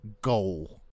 goal